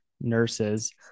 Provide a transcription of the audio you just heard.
nurses